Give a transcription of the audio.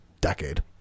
decade